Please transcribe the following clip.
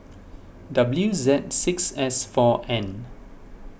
W Z six S four N